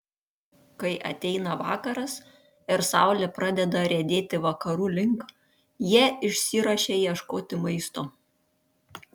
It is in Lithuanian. kai ateina vakaras ir saulė pradeda riedėti vakarų link jie išsiruošia ieškoti maisto